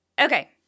Okay